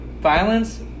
violence